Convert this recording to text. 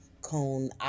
cone